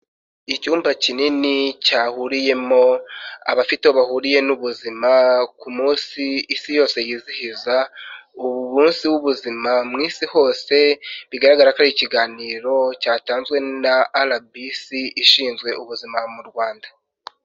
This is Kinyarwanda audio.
Icyumba kinini cyahuriyemo abafite bahuriye n'ubuzima ku munsi isi yose yizihiza umunsi w'ubuzima mu isi hose, bigaragara ko ikiganiro cyatanzwe na RBC ishinzwe ubuzima mu rwanda.